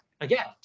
again